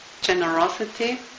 generosity